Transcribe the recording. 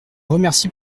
remercie